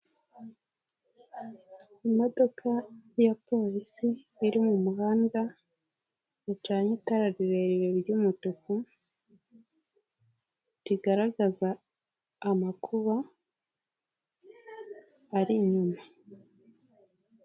Imodoka y'apolisi iri mu muhanda, yacanye itara rirerire ry'umutuku, rigaragaza amakuba ari inyuma.